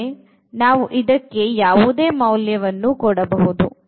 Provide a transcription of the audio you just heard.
ಅಂದರೆ ನಾವು ಇದಕ್ಕೆ ಯಾವುದೇ ಮೌಲ್ಯವನ್ನು ಕೊಡಬಹುದು